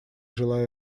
желаю